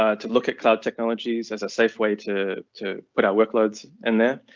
ah to look at cloud technologies as a safeway to to put our workloads in there,